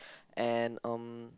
and um